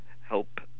help